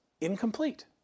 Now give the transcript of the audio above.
incomplete